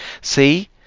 See